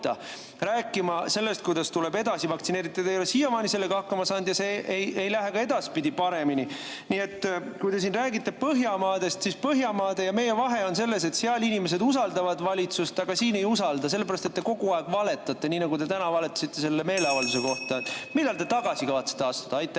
rääkima ilma plaanita, kuidas tuleb edasi vaktsineerida. Te ei ole siiamaani sellega hakkama saanud ja see ei lähe ka edaspidi paremini. Nii et kui te siin räägite Põhjamaadest, siis Põhjamaade ja meie vahe on selles, et seal inimesed usaldavad valitsust, aga siin ei usalda, sellepärast et te kogu aeg valetate, nii nagu te täna valetasite selle meeleavalduse kohta. Millal te tagasi kavatsete astuda? Aitäh,